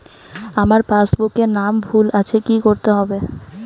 আমার পাসবুকে নাম ভুল আছে কি করতে হবে?